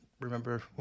Remember